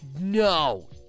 No